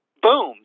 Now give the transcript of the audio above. Boom